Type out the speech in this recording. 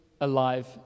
alive